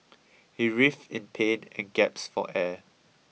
he writhed in pain and gasped for air